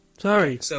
Sorry